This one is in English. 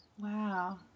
Wow